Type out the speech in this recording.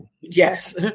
Yes